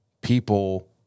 people